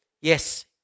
Yes